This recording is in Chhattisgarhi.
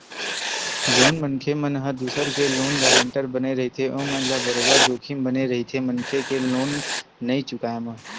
जउन मनखे मन ह दूसर के लोन गारेंटर बने रहिथे ओमन ल बरोबर जोखिम बने रहिथे मनखे के लोन नइ चुकाय म